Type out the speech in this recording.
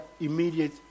immediate